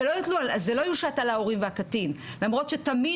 זה לא יושת על ההורים והקטין למרות שתמיד